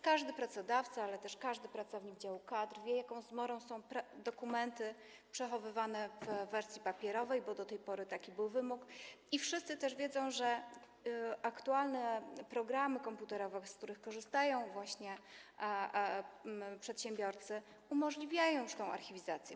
Każdy pracodawca, ale też każdy pracownik działu kadr wie, jaką zmorą są dokumenty przechowywane w wersji papierowej, bo do tej pory był taki wymóg, i wszyscy też wiedzą, że aktualne programy komputerowe, z których korzystają właśnie przedsiębiorcy, już umożliwiają ich archiwizację.